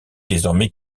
désormais